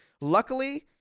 Luckily